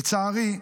לצערי,